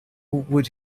would